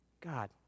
God